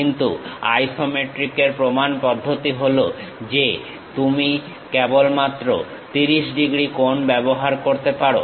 কিন্তু আইসোমেট্রিকের প্রমাণ পদ্ধতি হলো যে তুমি কেবলমাত্র 30 ডিগ্রী কোণ ব্যবহার করতে পারো